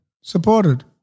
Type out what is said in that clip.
Supported